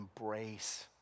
embrace